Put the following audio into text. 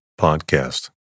podcast